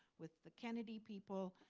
with the kennedy people.